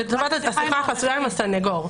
הנייד הייעודי הוא לטובת השיחה החסויה עם הסנגור.